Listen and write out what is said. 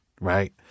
right